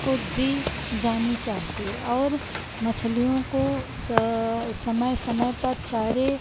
को दी जानी चाहिए और मछलियों को समय समय पर चारे